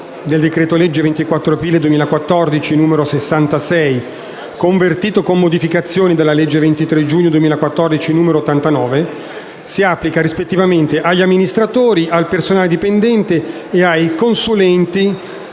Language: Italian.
del decreto-legge 24 aprile 2014, n. 66, convertito, con modificazioni, dalla legge 23 giugno 2014, n. 89, si applica rispettivamente agli amministratori, al personale dipendente e ai consulenti